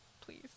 please